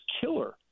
killer